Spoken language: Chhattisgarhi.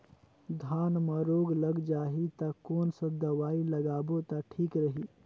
धान म रोग लग जाही ता कोन सा दवाई लगाबो ता ठीक रही?